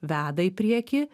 veda į priekį